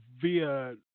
via